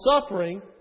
suffering